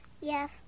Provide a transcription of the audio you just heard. Yes